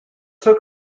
took